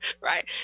right